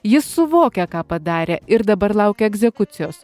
jis suvokia ką padarė ir dabar laukia egzekucijos